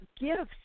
gifts